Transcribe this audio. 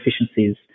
efficiencies